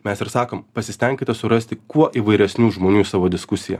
mes ir sakom pasistenkite surasti kuo įvairesnių žmonių savo diskusijoje